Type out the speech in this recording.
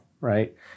right